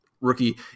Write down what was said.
rookie